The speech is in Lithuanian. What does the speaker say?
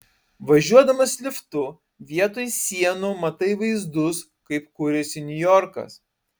važiuodamas liftu vietoj sienų matai vaizdus kaip kūrėsi niujorkas